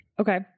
Okay